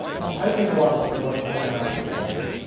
while hiking along a trail in kananaskis country,